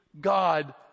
God